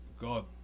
God